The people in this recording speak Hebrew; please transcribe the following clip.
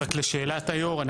רק לשאלת היו"ר,